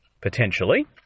potentially